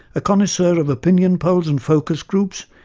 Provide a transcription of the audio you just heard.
a connoisseur of opinion polls and focus groups,